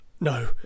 No